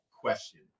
question